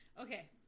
Okay